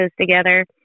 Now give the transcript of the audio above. together